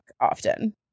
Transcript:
often